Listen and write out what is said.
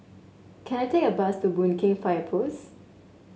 can I take a bus to Boon Keng Fire Post